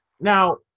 Now